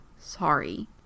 sorry